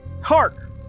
Hark